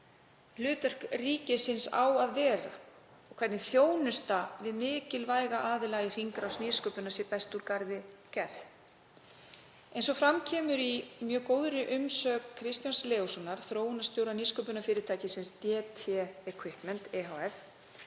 hlutverk ríkisins á að vera, hvernig þjónusta við mikilvæga aðila í hringrás nýsköpunar væri best úr garði gerð. Eins og fram kemur í mjög góðri umsögn Kristjáns Leóssonar, þróunarstjóra nýsköpunarfyrirtækisins DT-Equipment ehf.,